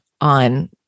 on